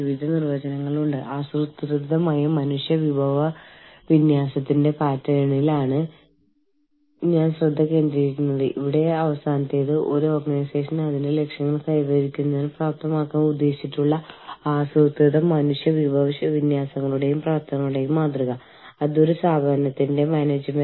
ഈ വിവര സംവിധാനങ്ങൾ മറ്റൊന്നുമല്ല മാനവ വിഭവശേഷിയുമായി ബന്ധപ്പെട്ട ജീവനക്കാരെക്കുറിച്ചുള്ള അടിസ്ഥാന വിവരങ്ങൾ അവരുടെ വൈദഗ്ധ്യം അവരുടെ ബയോഡാറ്റ ശമ്പള സ്കെയിലുകൾ അവർ ഓർഗനൈസേഷനുമായി ചേർന്ന് പ്രവർത്തിക്കുന്ന വർഷങ്ങളുടെ എണ്ണം എത്ര തവണ അവർ ലീവ് എടുത്തിട്ടുണ്ട് അവർ ജോലി ചെയ്ത മണിക്കൂറുകളുടെ എണ്ണം മുതലായ ഡാറ്റ നിയന്ത്രിക്കാൻ സഹായിക്കുന്ന കമ്പ്യൂട്ടർ പ്രോഗ്രാമുകളാണ്